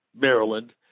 Maryland